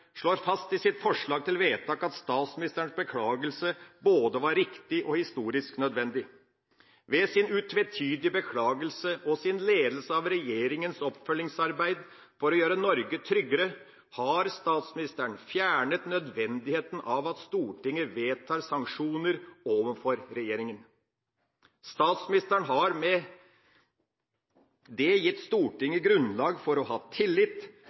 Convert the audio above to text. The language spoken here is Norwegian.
slår fast i sitt forslag til vedtak at statsministerens beklagelse var både «riktig og historisk nødvendig». Med sin utvetydige beklagelse og sin ledelse av regjeringas oppfølgingsarbeid for å gjøre Norge tryggere har statsministeren fjernet nødvendigheten av at Stortinget vedtar sanksjoner overfor regjeringa. Statsministeren har med det gitt Stortinget grunnlag for å ha tillit